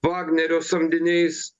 vagnerio samdiniais